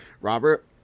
Robert